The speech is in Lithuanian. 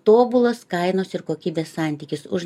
tobulas kainos ir kokybės santykis už